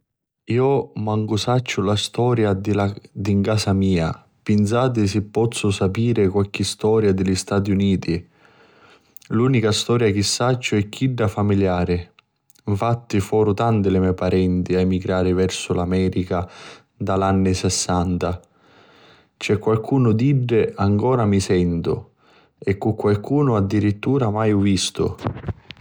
Iu mancu sacciu la storia di 'n casa mia pinsati sti pozzu sapiri qualchi storia di li Stati Uniti. L'unica storia chi sacciu è chidda familiari: nfatti foru tanti li mei parenti a emigrari versu l'America nta l'anni sessanta. Cu qualcunu d'iddi ancora mi sentu e cu qualcunu addirittura m'haiu vistu.